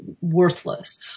worthless